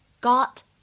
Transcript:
got